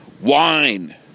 Wine